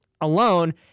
alone